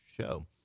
show